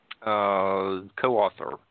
co-author